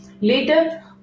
Later